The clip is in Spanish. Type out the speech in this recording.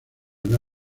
una